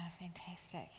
fantastic